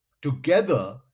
together